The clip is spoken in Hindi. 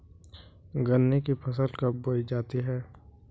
गन्ने की फसल कब बोई जाती है?